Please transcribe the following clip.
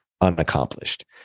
unaccomplished